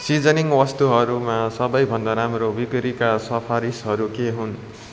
seasoning वस्तुहरूमा सबै भन्दा राम्रो बिक्रीका सिफारिसहरू के हुन्